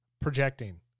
Projecting